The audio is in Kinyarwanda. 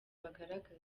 bagaragaza